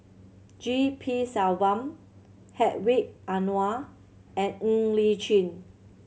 G P Selvam Hedwig Anuar and Ng Li Chin